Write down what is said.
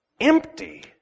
empty